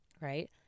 right